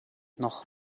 noch